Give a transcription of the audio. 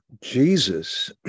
jesus